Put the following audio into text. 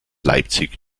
leipzig